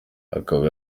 akaba